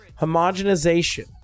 homogenization